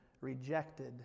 rejected